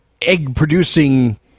egg-producing